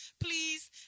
Please